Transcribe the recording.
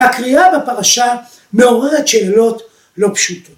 ‫הקריאה בפרשה מעוררת שאלות ‫לא פשוטות.